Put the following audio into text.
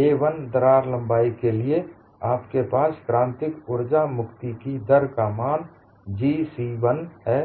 a1 दरार लंबाई के लिए आपके पास क्रांतिक उर्जा मुक्ति की दर का मान gc1 है